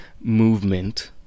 movement